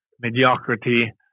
mediocrity